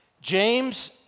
James